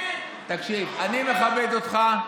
תן לי, אני אגיד לך משהו.